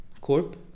Corp